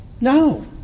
No